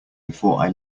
before